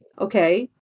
Okay